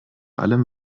allem